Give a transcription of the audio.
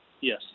Yes